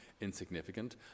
insignificant